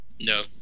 No